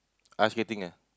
ice skating eh